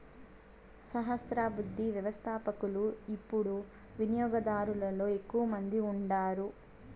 సహస్రాబ్ది వ్యవస్థపకులు యిపుడు వినియోగదారులలో ఎక్కువ మంది ఉండారు